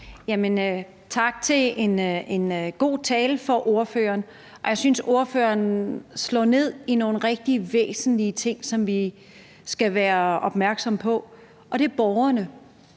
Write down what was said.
Tak for en god tale til ordføreren. Jeg synes, ordføreren slår ned på nogle rigtig væsentlige ting, som vi skal være opmærksomme på, nemlig borgerne.